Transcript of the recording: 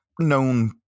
known